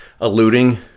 alluding